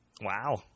wow